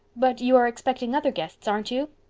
but you are expecting other guests, aren't you?